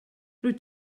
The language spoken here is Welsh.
rwyt